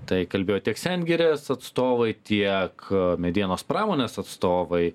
tai kalbėjo tiek sengirės atstovai tiek medienos pramonės atstovai